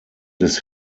des